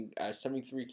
73